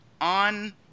on